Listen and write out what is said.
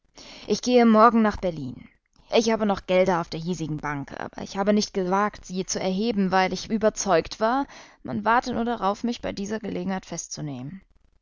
ich gehe morgen nach berlin ich habe noch gelder auf der hiesigen bank aber ich habe nicht gewagt sie zu erheben weil ich überzeugt war man warte nur darauf mich bei dieser gelegenheit festzunehmen